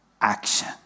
action